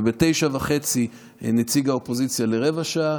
וב-09:30 נציג האופוזיציה לרבע שעה,